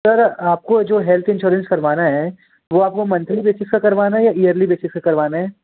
sir आपको जो health insurance करवाना है वह आपको मंथली बेसिस का करवाना है या ईयरली बैसिस का करवाना है